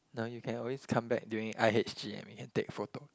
no you can always come back during i_h_g and we can take photo